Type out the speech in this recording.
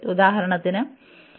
ഉദാഹരണത്തിന് n 1